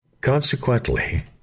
Consequently